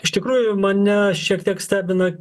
iš tikrųjų mane šiek tiek stebina